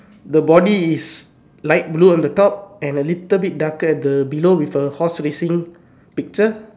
the body is light blue on the top and a little bit darker at the below with a horse racing picture